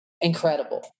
incredible